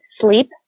Sleep